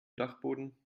dachboden